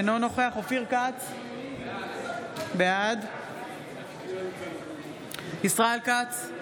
אינו נוכח אופיר כץ, בעד ישראל כץ,